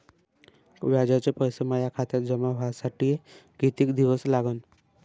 व्याजाचे पैसे माया खात्यात जमा व्हासाठी कितीक दिवस लागन?